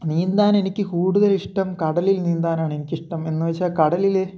നീന്താനെനിക്ക് കൂടുതലിഷ്ടം കടലിൽ നീന്താനാണെനിക്കിഷ്ടം എന്ന് വെച്ചാൽ കടലിൽ